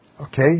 Okay